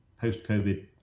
post-COVID